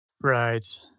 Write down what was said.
Right